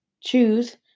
choose